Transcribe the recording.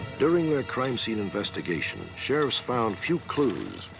during their crime scene investigation, sheriffs found few clues.